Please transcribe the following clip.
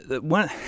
one